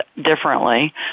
differently